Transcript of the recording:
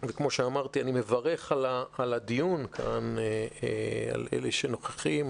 וכמו שאמרתי, אני מברך על הדיון, על אלה שלוקחים,